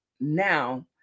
now